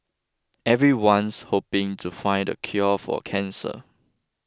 everyone's hoping to find the cure for cancer